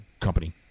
company